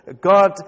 God